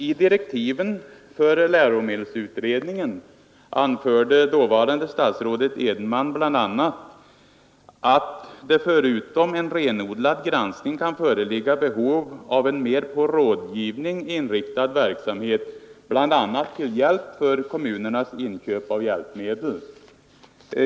I direktiven för läromedelsutredningen anförde dåvarande statsrådet Edenman bl.a. ”att det förutom en renodlad granskning kan föreligga behov av en mer på rådgivning inriktad verksamhet, bl.a. till hjälp för kommunernas inköp av hjälpmedel”.